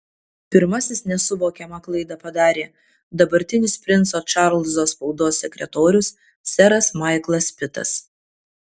pirmasis nesuvokiamą klaidą padarė dabartinis princo čarlzo spaudos sekretorius seras maiklas pitas